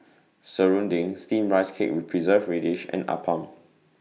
Serunding Steamed Rice Cake with Preserved Radish and Appam